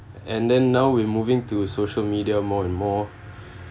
and then now we moving to social media more and more